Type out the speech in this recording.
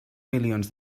milions